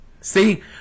See